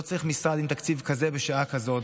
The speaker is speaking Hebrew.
לא צריך משרד עם תקציב כזה בשעה כזאת,